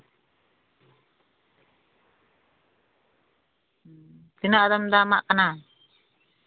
ᱛᱤᱱᱟᱹᱜ ᱟᱫᱚᱢ ᱫᱟᱢᱟᱜ ᱠᱟᱱᱟ